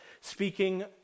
speaking